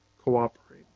cooperate